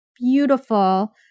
beautiful